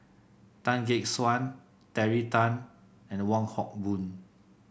Tan Gek Suan Terry Tan and Wong Hock Boon